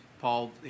Paul